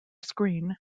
screen